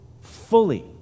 fully